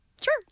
sure